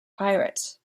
pirates